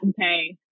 okay